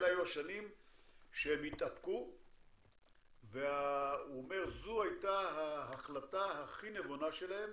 אלה היו השנים שהם התאפקו והוא אומר שזו הייתה ההחלטה הכי נבונה שלהם,